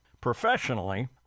Professionally